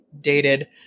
dated